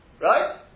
Right